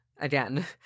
Again